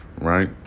Right